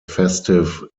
festive